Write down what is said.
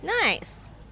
Nice